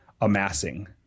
amassing